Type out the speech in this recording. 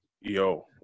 Yo